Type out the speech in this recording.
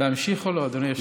להמשיך או לא, אדוני היושב-ראש?